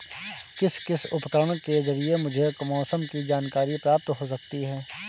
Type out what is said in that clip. किस किस उपकरण के ज़रिए मुझे मौसम की जानकारी प्राप्त हो सकती है?